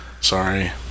Sorry